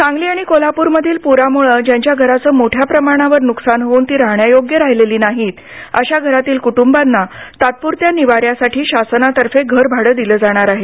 सांगली आणि कोल्हाप्रमधील प्रामुळं ज्यांच्या घरांचं मोठ्या प्रमाणावर नुकसान होऊन ती राहण्यायोग्य राहिलेली नाहीत अशा घरातील कुटुंबाना तात्पुरत्या निवाऱ्यासाठी शासनातर्फे घरभाडं दिलं जाणार आहे